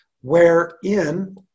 wherein